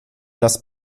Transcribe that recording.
das